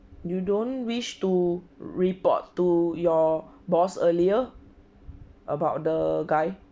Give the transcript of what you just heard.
you don't wish to report to your boss earlier about the guy